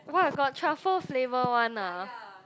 !wah! got truffle flavour one ah